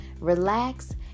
relax